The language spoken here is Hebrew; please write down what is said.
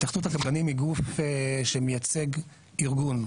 התאחדות הקבלנים היא גוף שמייצג ארגון,